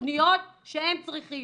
לתכניות שהם צריכים.